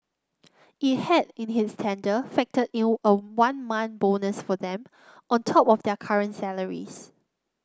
it had in its tender factor in a one month bonus for them on top of their current salaries